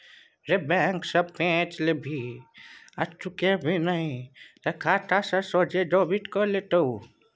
रे बैंक सँ पैंच लेबिही आ चुकेबिही नहि तए खाता सँ सोझे डेबिट कए लेतौ